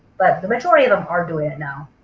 but the majority of them are doing it now,